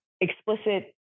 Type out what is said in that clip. explicit